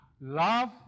love